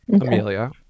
Amelia